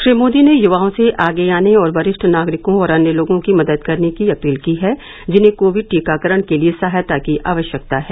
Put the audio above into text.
श्री मोदी ने युवाओं से आगे आने और वरिष्ठ नागरिकों और अन्य लोगों की मदद करने की अपील की है जिन्हें कोविड टीकाकरण के लिए सहायता की आवश्यकता है